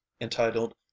entitled